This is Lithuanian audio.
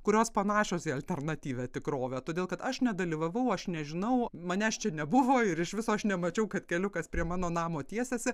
kurios panašios į alternatyvią tikrovę todėl kad aš nedalyvavau aš nežinau manęs čia nebuvo ir iš viso aš nemačiau kad keliukas prie mano namo tiesiasi